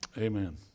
Amen